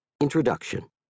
Introduction